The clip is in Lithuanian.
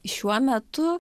šiuo metu